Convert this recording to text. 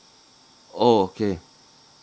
oh okay